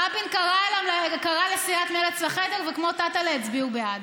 רבין קרא לסיעת מרצ לחדר, וכמו טטלה הצביעו בעד.